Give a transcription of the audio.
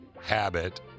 habit